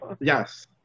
Yes